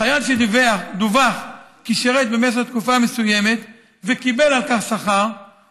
חייל שדֻווח כי שירת במשך תקופה מסוימת וקיבל על כך שכר,